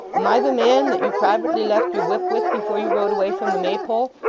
am i the man that you privately left your whip with before you rode away from the maypole,